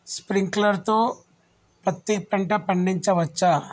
Sprinkler తో పత్తి పంట పండించవచ్చా?